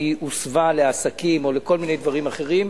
שהוסבה לעסקים או לכל מיני דברים אחרים,